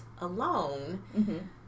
alone